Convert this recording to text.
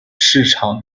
市场